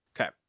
Okay